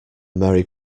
merry